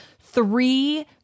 three